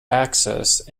axis